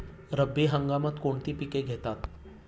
रब्बी हंगामात कोणती पिके घेतात?